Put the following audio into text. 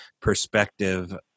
perspective